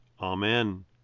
Amen